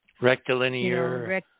Rectilinear